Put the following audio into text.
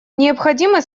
необходимы